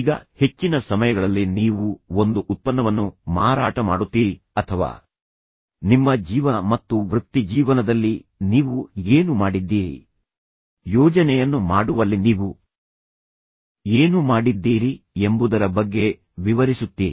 ಈಗ ಹೆಚ್ಚಿನ ಸಮಯಗಳಲ್ಲಿ ನೀವು ಒಂದು ಉತ್ಪನ್ನವನ್ನು ಮಾರಾಟ ಮಾಡುತ್ತೀರಿ ಅಥವಾ ನಿಮ್ಮ ಜೀವನ ಮತ್ತು ವೃತ್ತಿಜೀವನದಲ್ಲಿ ನೀವು ಏನು ಮಾಡಿದ್ದೀರಿ ಯೋಜನೆಯನ್ನು ಮಾಡುವಲ್ಲಿ ನೀವು ಏನು ಮಾಡಿದ್ದೀರಿ ಎಂಬುದರ ಬಗ್ಗೆ ವಿವರಿಸುತ್ತೀರಿ